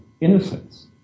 innocence